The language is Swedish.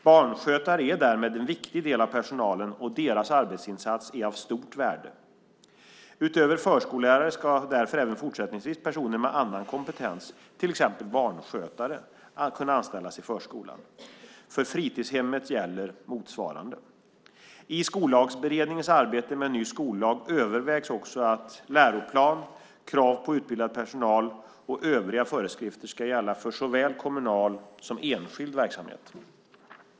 Barnskötare är därmed en viktig del av personalen och deras arbetsinsats är av stort värde. Utöver förskollärare ska därför även fortsättningsvis personer med annan kompetens, till exempel barnskötare, kunna anställas i förskolan. För fritidshemmet gäller motsvarande. I Skollagsberedningens arbete med en ny skollag övervägs också att läroplan, krav på utbildad personal och övriga föreskrifter ska gälla för såväl kommunal som enskild verksamhet.